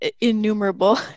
innumerable